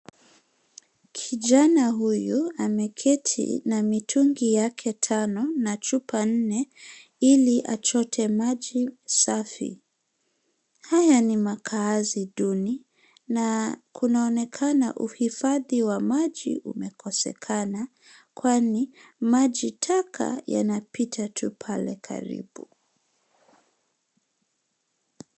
Kijana huyu ameketi na mitungi yake tano na chupa nne ili achote maji safi. Haya ni makaazi duni na kunaonekana uhifadhi wa maji umekosekana kwani maji taka yanapita tu pale karibu.